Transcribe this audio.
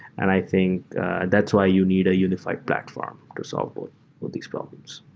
and i think that's why you need a unified platform to solve both of these problems.